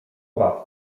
obaw